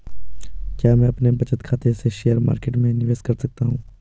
क्या मैं अपने बचत खाते से शेयर मार्केट में निवेश कर सकता हूँ?